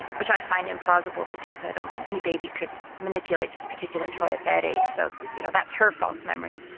which i find implausible because i don't think any baby could manipulate this particular toy at this age so you know that's her false memory.